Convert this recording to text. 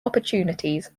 opportunities